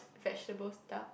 vegetable duck